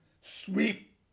sweep